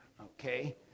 okay